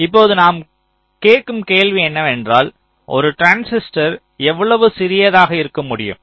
இப்போது நாம் கேட்கும் கேள்வி என்னவென்றால் ஒரு டிரான்சிஸ்டர் எவ்வளவு சிறியதாக இருக்க முடியும்